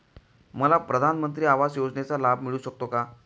मला प्रधानमंत्री आवास योजनेचा लाभ मिळू शकतो का?